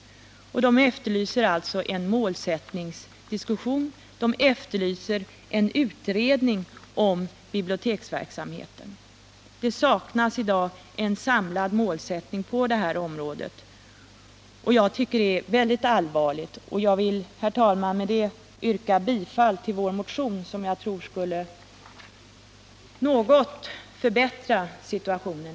Biblioteksföreningen efterlyser en målsättningsdiskussion och en utredning av biblioteksverksamheten. Det saknas i dag en samlad målsättning på detta område. Jag tycker att det är väldigt allvarligt, och jag vill, herr talman, yrka bifall till vår motion. Ett bifall till motionen skulle i varje fall något förbättra situationen.